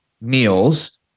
meals